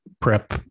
prep